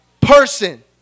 person